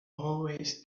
always